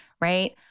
Right